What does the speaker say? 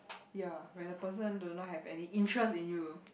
ya when the person do not have any interest in you